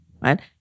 Right